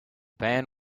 band